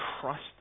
trust